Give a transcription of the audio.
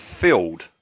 filled